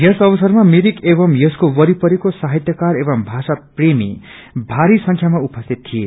यस अवसरामा मिरकि यसको वरिपरिको साहितयकार एवं भाषा प्रेमी भारी संख्याामा उपस्थित थिए